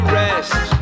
rest